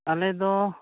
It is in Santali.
ᱟᱞᱮᱫᱚ